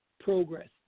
progress